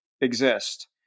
exist